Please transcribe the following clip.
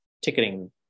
ticketing